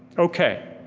okay,